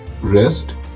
Rest